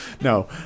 no